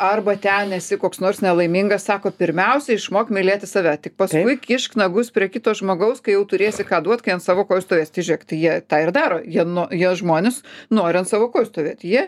arba ten esi koks nors nelaimingas sako pirmiausia išmok mylėti save tik paskui kišk nagus prie kito žmogaus kai jau turėsi ką duot kai ant savo kojų stovėsi tai žiūrėk jie tą ir daro jie nuo jo žmonės nori ant savo kojų stovėt jie